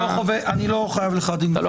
בוא, אני לא חייב לך דין וחשבון.